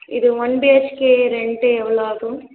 இது one B H K ரெண்ட்டு எவ்வளோ ஆகும்